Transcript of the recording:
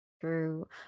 True